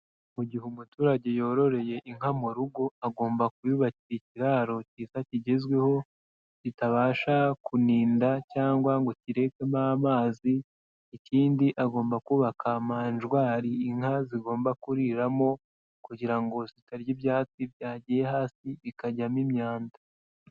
Mu gihe umuturage yororeye inka mu rugo agomba kuyubakira ikiraro cyiza kigezweho kitabasha kuninda cyangwa ngo kirekemo amazi, ikindi agomba kubaka manjwari inka zigomba kuriramo kugira ngo zitarya ibyatsi byagiye hasi ikajyamo imyanda.